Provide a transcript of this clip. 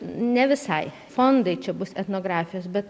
ne visai fondai čia bus etnografijos bet